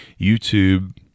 YouTube